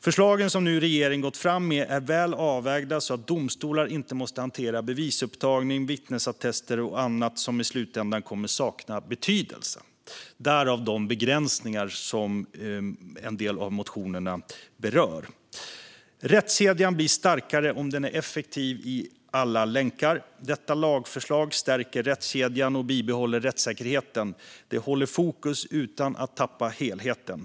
Föreslagen som regeringen nu gått fram med är väl avvägda så att domstolar inte måste hantera bevisupptagning, vittnesattester och annat som i slutändan kommer att sakna betydelse, därav de begränsningar som en del av motionerna berör. Rättskedjan blir starkare om den är effektiv i alla länkar. Detta lagförslag stärker rättskedjan och bibehåller rättssäkerheten. Det håller fokus utan att tappa helheten.